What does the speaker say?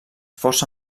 força